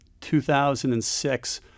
2006